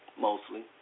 mostly